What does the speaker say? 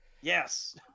Yes